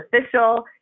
official